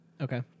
Okay